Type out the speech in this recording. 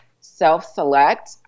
self-select